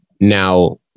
Now